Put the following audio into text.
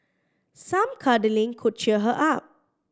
some cuddling could cheer her up